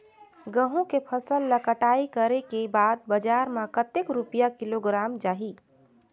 गंहू के फसल ला कटाई करे के बाद बजार मा कतेक रुपिया किलोग्राम जाही?